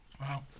Wow